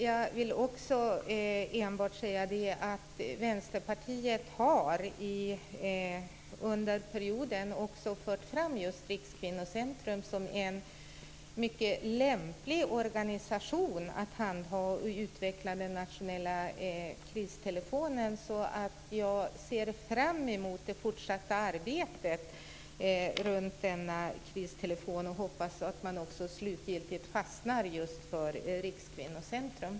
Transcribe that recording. Jag vill enbart säga att också Vänsterpartiet under perioden har fört fram just Rikskvinnocentrum som en mycket lämplig organisation för att handha och utveckla den nationella kristelefonen. Jag ser fram emot det fortsatta arbetet med denna kristelefon, och jag hoppas att man slutgiltigt fastnar just för Rikskvinnocentrum.